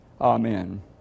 Amen